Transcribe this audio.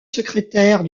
secrétaire